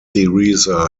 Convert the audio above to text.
theresa